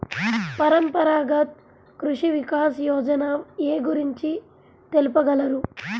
పరంపరాగత్ కృషి వికాస్ యోజన ఏ గురించి తెలుపగలరు?